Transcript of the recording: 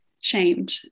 shamed